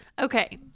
okay